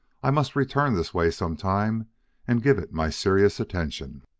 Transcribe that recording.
i must return this way some time and give it my serious attention.